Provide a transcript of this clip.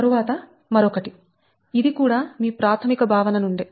తరువాత మరొకటి ఇది కూడా మీ ప్రాథమిక భావన నుండే